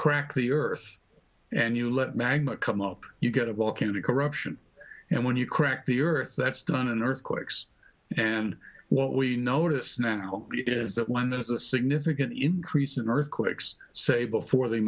crack the earth and you let magma come up you get a volcanic eruption and when you crack the earth that's done in earthquakes and what we notice now is that when there's a significant increase in earthquakes say before the